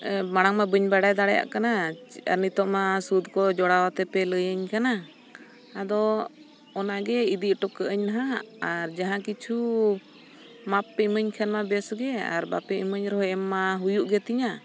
ᱢᱟᱲᱟᱝ ᱢᱟ ᱵᱟᱹᱧ ᱵᱟᱰᱟᱭ ᱫᱟᱲᱮᱭᱟᱜ ᱠᱟᱱᱟ ᱱᱤᱛᱳᱜ ᱢᱟ ᱥᱩᱫᱽ ᱠᱚ ᱡᱚᱲᱟᱣ ᱠᱟᱛᱮᱯᱮ ᱞᱟᱹᱭᱟᱹᱧ ᱠᱟᱱᱟ ᱟᱫᱚ ᱚᱱᱟᱜᱮ ᱤᱫᱤ ᱦᱚᱴᱚ ᱠᱟᱜᱼᱟᱹᱧ ᱱᱟᱦᱟᱜ ᱟᱨ ᱡᱟᱦᱟᱸ ᱠᱤᱪᱷᱩ ᱢᱟᱯ ᱯᱮ ᱤᱢᱟᱹᱧ ᱠᱷᱟᱱᱢᱟ ᱵᱮᱥᱜᱮ ᱟᱨ ᱵᱟᱯᱮ ᱤᱢᱟᱹᱧ ᱨᱮᱦᱚᱸ ᱮᱢ ᱢᱟ ᱦᱩᱭᱩᱜ ᱜᱮᱛᱤᱧᱟ